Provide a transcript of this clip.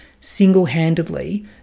single-handedly